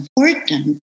important